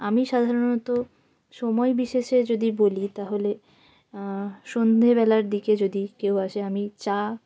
আমি সাধারণত সময় বিশেষে যদি বলি তাহলে সন্ধ্যেবেলার দিকে যদি কেউ আসে আমি চা